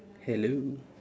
hello